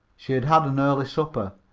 she had had an early supper,